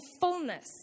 fullness